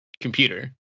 computer